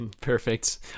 perfect